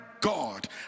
God